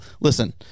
listen